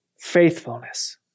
faithfulness